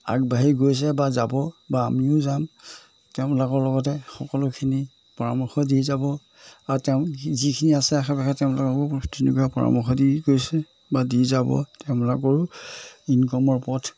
আগবাঢ়ি গৈছে বা যাব বা আমিও যাম তেওঁলোকৰ লগতে সকলোখিনি পৰামৰ্শ দি যাব আৰু তেওঁ যিখিনি আছে আশে পাশে তেওঁলোককো তেনেকুৱা পৰামৰ্শ দি গৈছে বা দি যাব তেওঁলোকৰো ইনকমৰ পথ